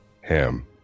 ham